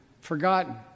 forgotten